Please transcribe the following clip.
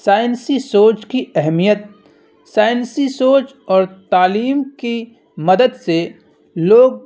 سائنسی سوچ کی اہمیت سائنسی سوچ اور تعلیم کی مدد سے لوگ